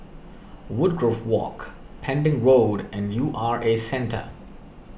Woodgrove Walk Pending Road and U R A Centre